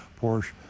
Porsche